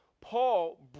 Paul